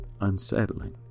unsettling